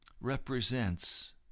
represents